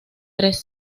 tres